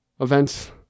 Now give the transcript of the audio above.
events